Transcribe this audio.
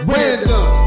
Random